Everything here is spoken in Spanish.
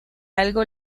algo